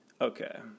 Okay